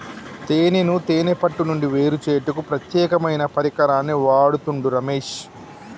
తేనెను తేనే పట్టు నుండి వేరుచేయుటకు ప్రత్యేకమైన పరికరాన్ని వాడుతుండు రమేష్